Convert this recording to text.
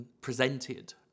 presented